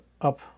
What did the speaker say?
up